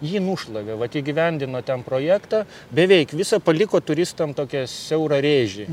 jį nušlavė vat įgyvendino ten projektą beveik visą paliko turistam tokią siaurą rėžį